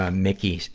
ah mickey,